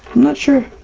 i'm not sure.